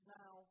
now